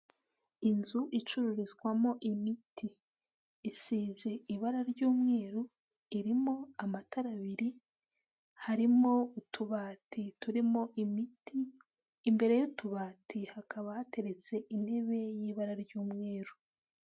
Inzu icururizwamo imiti isize ibara ry'umweru irimo amatara abiri, harimo utubati turimo imiti. Imbere y'utubati hakaba hateretse intebe y'ibara ry'umweru.